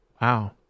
wow